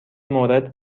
مورد